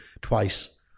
twice